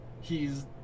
he's-